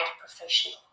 professional